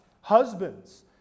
Husbands